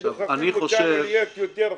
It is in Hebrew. אתם דוחפים אותנו להיות יותר קשים.